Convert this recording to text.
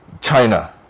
China